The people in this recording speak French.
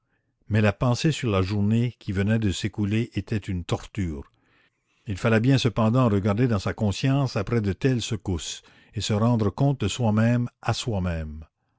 mais la pensée sur la journée qui venait de s'écouler était une torture il fallait bien cependant regarder dans sa conscience après de telles secousses et se rendre compte de soi-même à soi-même